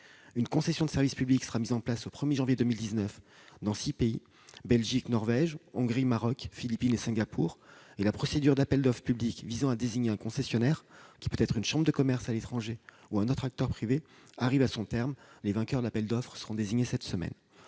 Une concession de service public sera mise en place au 1 janvier 2019 dans six pays : la Belgique, la Norvège, la Hongrie, le Maroc, les Philippines et Singapour. La procédure d'appel d'offres publique visant à désigner un concessionnaire, qui peut être une chambre de commerce à l'étranger ou tout autre acteur privé, arrive à son terme. Les vainqueurs des appels d'offres seront désignés cette semaine.